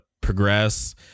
progress